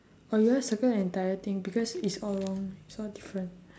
or you want circle the entire thing because it's all wrong it's all different